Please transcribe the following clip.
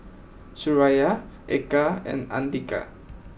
Suraya Eka and Andika